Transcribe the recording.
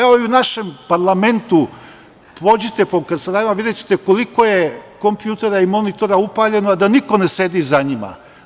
Evo, i u našem parlamentu, pođite po kancelarijama, videćete koliko je kompjutera i monitora upaljeno, a da niko ne sedi za njima.